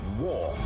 war